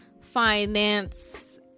finance